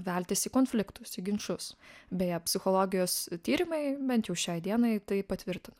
veltis į konfliktus į ginčus beje psichologijos tyrimai bent jau šiai dienai tai patvirtina